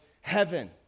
heaven